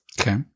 Okay